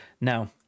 Now